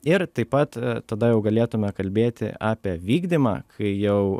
ir taip pat tada jau galėtume kalbėti apie vykdymą kai jau